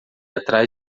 atrás